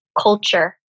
culture